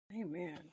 Amen